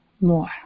more